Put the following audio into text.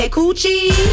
Coochie